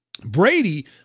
Brady